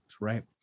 right